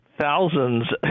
thousands